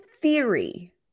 theory